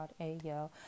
Ayo